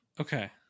Okay